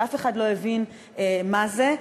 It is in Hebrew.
שאף אחד לא הבין מה זה,